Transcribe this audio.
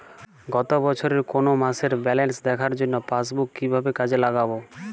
গত বছরের কোনো মাসের ব্যালেন্স দেখার জন্য পাসবুক কীভাবে কাজে লাগাব?